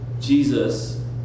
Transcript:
Jesus